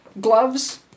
gloves